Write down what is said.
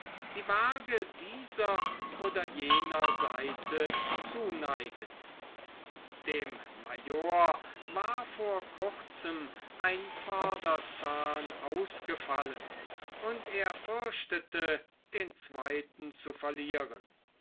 die waage dieser oder jener seite zuneigend dem major war vor kurzem ein vorderzahn ausgefallen und er fürchtete den zweiten zu verlieren